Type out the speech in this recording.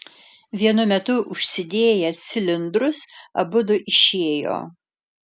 vienu metu užsidėję cilindrus abudu išėjo